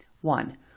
One